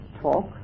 talk